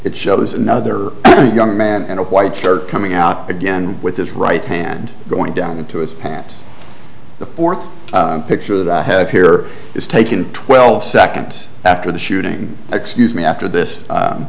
it shows another young man and a white shirt coming out again with his right hand going down into his hands the fourth picture that i have here is taken twelve seconds after the shooting excuse me after this